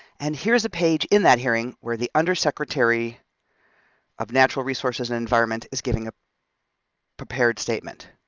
and here's a page in that hearing where the undersecretary of natural resources and environment is giving a prepared statement.